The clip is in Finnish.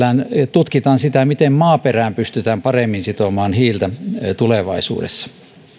tutkitaan sitä miten maaperään pystytään paremmin sitomaan hiiltä tulevaisuudessa